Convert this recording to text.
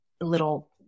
little